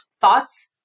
Thoughts